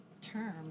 term